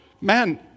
Man